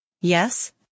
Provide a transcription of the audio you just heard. Yes